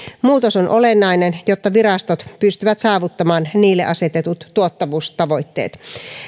muutos on olennainen jotta virastot pystyvät saavuttamaan niille asetetut tuottavuustavoitteet